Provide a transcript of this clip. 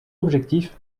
objectif